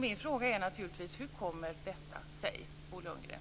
Min fråga är naturligtvis: Hur kommer detta sig, Bo Lundgren?